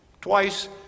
Twice